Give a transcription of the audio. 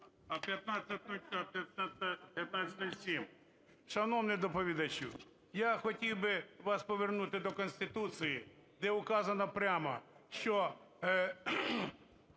1507. Шановний доповідачу, я хотів би вас повернути до Конституції, де вказано прямо, що